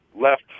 left